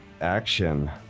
action